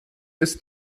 ist